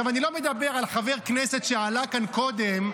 אני לא מדבר על חבר הכנסת שעלה כאן קודם,